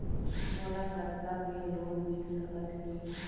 मोला कतका के लोन मिल सकत हे?